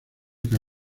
que